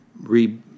re